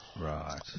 Right